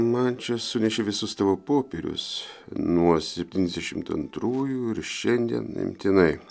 man čia sunešė visus tavo popierius nuo septyniasdešim antrųjų ir šiandien imtinai